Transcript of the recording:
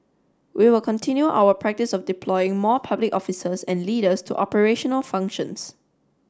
we will continue our practice of deploying more public officers and leaders to operational functions